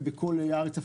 ובכל הארץ,